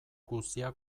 guzia